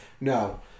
No